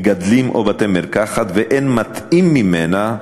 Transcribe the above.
מגדלים או בתי-מרקחת, ואין מתאים ממנה,